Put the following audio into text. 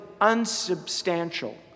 unsubstantial